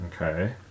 Okay